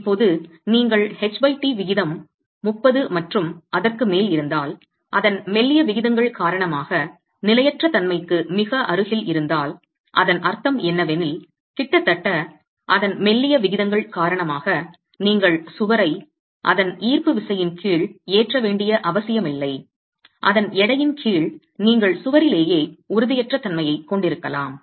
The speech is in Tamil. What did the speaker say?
இப்போது நீங்கள் ht விகிதம் 30 மற்றும் அதற்கு மேல் இருந்தால் அதன் மெல்லிய விகிதங்கள் காரணமாக நிலையற்ற தன்மைக்கு மிக அருகில் இருந்தால் அதன் அர்த்தம் என்னவெனில் கிட்டத்தட்ட அதன் மெல்லிய விகிதங்கள் காரணமாக நீங்கள் சுவரை அதன் ஈர்ப்பு விசையின் கீழ் ஏற்ற வேண்டிய அவசியமில்லை அதன் எடையின் கீழ் நீங்கள் சுவரிலேயே உறுதியற்ற தன்மையைக் கொண்டிருக்கலாம்